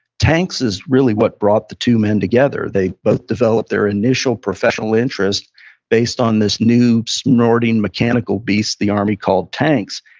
tanks is really what brought the two men together. they both developed their initial professional interest based on this new snorting mechanical beast the army called tanks.